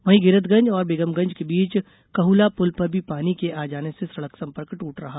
वहीं गैरतगंज और बेगमगंज के बीच कहुला पुल पर भी पानी के आ जाने से सड़क संपर्क टूटा रहा